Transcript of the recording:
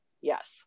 yes